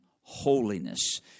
holiness